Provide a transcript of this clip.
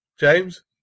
James